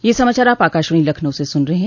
ब्रे क यह समाचार आप आकाशवाणी लखनऊ से सुन रहे हैं